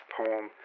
poem